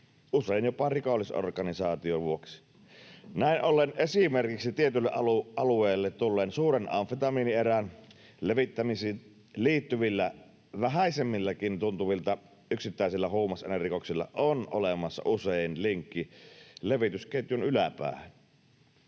usein jopa rikollisorganisaation, vuoksi. Näin ollen esimerkiksi tietylle alueelle tulleen suuren amfetamiinierän levittämisiin liittyvillä vähäisemmiltäkin tuntuvilla yksittäisillä huumausainerikoksilla on usein olemassa linkki levitysketjun yläpäähän.